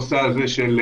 לנושא הזה.